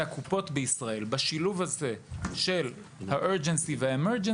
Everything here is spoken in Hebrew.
הקופות בישראל בשילוב הזה של ה-Urgency וה-Emergency